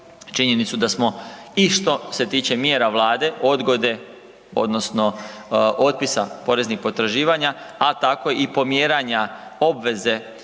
činjenicu da smo i što se tiče mjera Vlade odgode odnosno otpisa poreznih potraživanja, a tako i pomjeranja obveze